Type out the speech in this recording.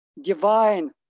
divine